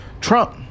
Trump